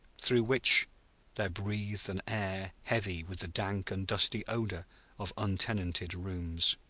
through which there breathed an air heavy with the dank and dusty odor of untenanted rooms.